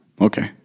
Okay